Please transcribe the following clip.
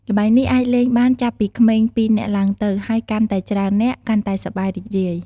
ល្បែងនេះអាចលេងបានចាប់ពីក្មេងពីរនាក់ឡើងទៅ ហើយកាន់តែច្រើននាក់ កាន់តែសប្បាយរីករាយ។